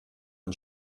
ein